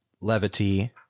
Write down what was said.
levity